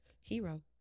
Hero